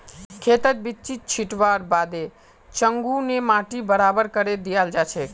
खेतत बिच्ची छिटवार बादे चंघू ने माटी बराबर करे दियाल जाछेक